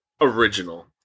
Original